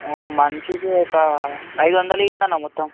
మనిషికి ఒక ఐదువందలు ఇవ్వండి అన్న మొత్తం